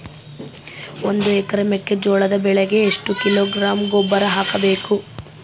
ಒಂದು ಎಕರೆ ಮೆಕ್ಕೆಜೋಳದ ಬೆಳೆಗೆ ಎಷ್ಟು ಕಿಲೋಗ್ರಾಂ ಗೊಬ್ಬರ ಹಾಕಬೇಕು?